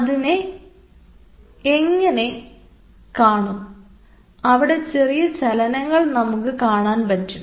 അതിനെ ഇങ്ങനെ കാണും അവിടെ ചെറിയ ചലനങ്ങൾ കാണാൻ പറ്റും